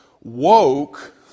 woke